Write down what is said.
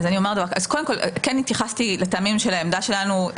כן התייחסתי לטעמים של העמדה שלנו.